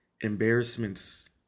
embarrassments